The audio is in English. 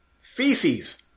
feces